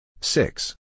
six